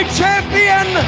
champion